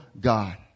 God